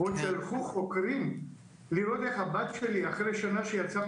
ועוד שלחו חוקרים לראות את הבת שלי שנה אחרי שהיא יצאה